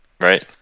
right